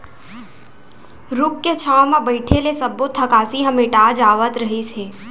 रूख के छांव म बइठे ले सब्बो थकासी ह मिटा जावत रहिस हे